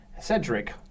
Cedric